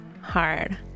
hard